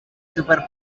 súper